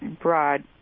broad